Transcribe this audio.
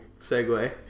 segue